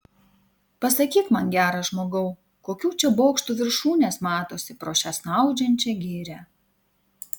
pasakyk man geras žmogau kokių čia bokštų viršūnės matosi pro šią snaudžiančią girią